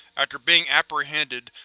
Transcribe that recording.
after being apprehended,